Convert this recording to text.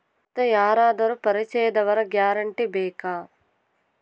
ಮತ್ತೆ ಯಾರಾದರೂ ಪರಿಚಯದವರ ಗ್ಯಾರಂಟಿ ಬೇಕಾ?